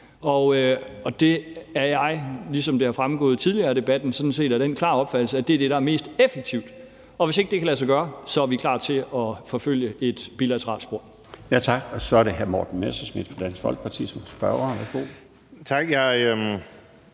og det er jeg, ligesom det er fremgået tidligere af debatten, sådan set af den klare opfattelse er det, der er mest effektivt. Og hvis ikke det kan lade sig gøre, er vi klar til at forfølge et bilateralt spor.